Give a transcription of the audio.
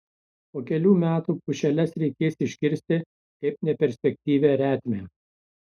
po kelių metų pušeles reikės iškirsti kaip neperspektyvią retmę